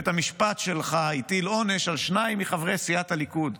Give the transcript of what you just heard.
בית המשפט שלך הטיל עונש על שניים מחברי סיעת הליכוד,